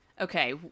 Okay